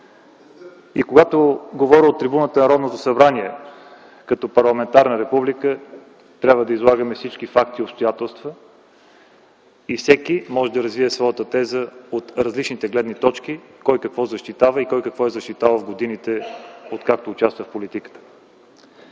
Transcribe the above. Народното събрание, като парламентарна република, трябва да излагаме всички факти и обстоятелства и всеки трябва да развие своята теза от различните гледни точки, кой какво защитава и кой какво е защитавал в годините, откакто участва в политиката.